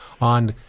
on